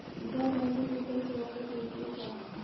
गैर बैंकिंग वित्तीय सेवा गतिविधियाँ क्या हैं?